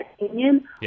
opinion